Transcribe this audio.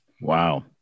Wow